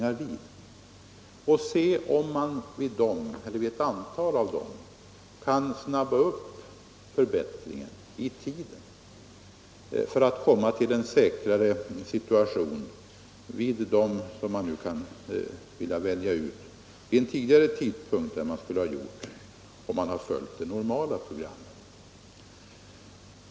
Man får se efter om man vid ett antal av dem kan snabba upp förbättringen och göra de övergångar, som då väljs ut, säkrare vid en tidigare tidpunkt än vad som skulle ha blivit fallet om man följt det normala programmet.